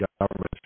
government